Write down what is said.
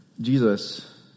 Jesus